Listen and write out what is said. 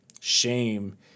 shame